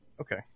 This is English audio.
okay